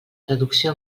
traducció